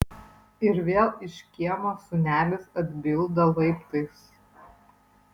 ir vėl iš kiemo sūnelis atbilda laiptais